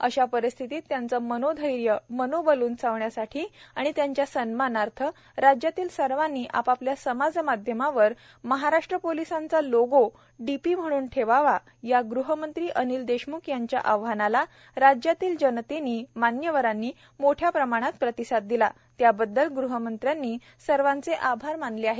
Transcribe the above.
अशा परिस्थितीत त्यांचे मनोधैर्य मनोबल उंचाविण्यासाठी आणि त्यांच्या सन्मानार्थ राज्यातील सर्वांनी आपआपल्या समाज माध्यमावर महाराष्ट्र पोलिसांचा लोगो डीपी म्हणून ठेवावा या गृहमंत्री अनिल देशमुख यांच्या आवाहनास राज्यातील जनतेनी मान्यवरांनी मोठ्या प्रमाणात प्रतिसाद दिला त्याबद्दल गृहमंत्र्यांनी सर्वांचे आभार मानले आहेत